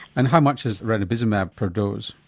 and how much is ranibizumab per dose?